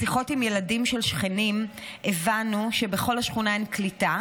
משיחות עם ילדים של שכנים הבנו שבכל השכונה אין קליטה,